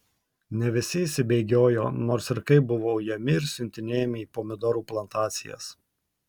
ne visi išsibėgiojo nors ir kaip buvo ujami ir siuntinėjami į pomidorų plantacijas